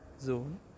zone